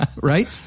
right